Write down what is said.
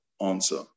answer